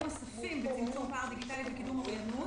נוספים בצמצום פער דיגיטלי וקידום אוריינות,